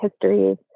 histories